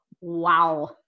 wow